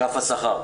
אגף השכר.